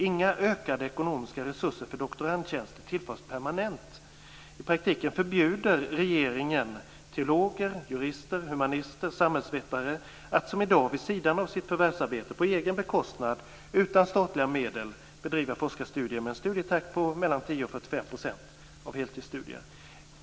Inga ökade ekonomiska resurser för doktorandtjänster tillförs permanent. I praktiken förbjuder regeringen teologer, jurister, humanister och samhällsvetare att som i dag, vid sidan av sitt förvärvsarbete, på egen bekostnad och utan statliga medel, bedriva forskarstudier med en studietakt på mellan 10 % och 45 % av heltidsstudier.